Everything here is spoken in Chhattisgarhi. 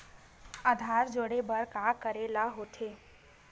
आधार जोड़े बर का करे ला होथे?